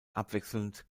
abwechselnd